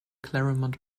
claremont